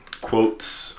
quotes